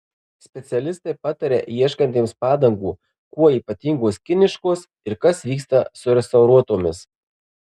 specialistai pataria ieškantiems padangų kuo ypatingos kiniškos ir kas vyksta su restauruotomis